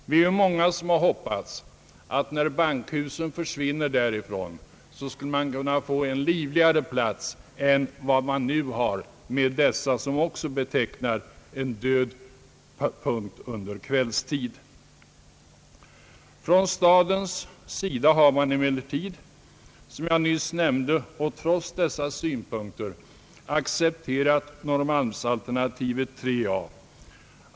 Vi är många som har hoppats att när bankhusen försvinner därifrån skulle man kunna få en livligare plats än vad man nu har med detta som också betecknas som en död punkt under kvällstid. Från stadens sida har man emellertid, som jag nyss nämnde, trots dessa synpunkter accepterat Norrmalmsalternativet 3 a.